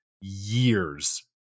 years